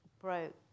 broke